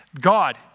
God